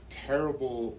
terrible